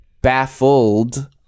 Baffled